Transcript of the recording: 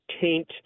taint